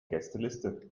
gästeliste